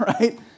Right